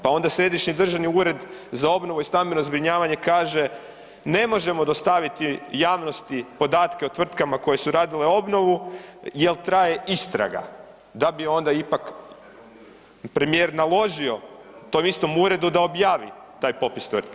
Pa onda Središnji državni ured za obnovu i stambeno zbrinjavanje kaže ne možemo dostaviti javnosti podatke o tvrtkama koje su radile obnovu jel traje istraga da bi onda ipak premijer naložio tom istom uredu da objavi taj popis tvrtki.